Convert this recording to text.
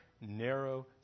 narrow